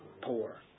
Poor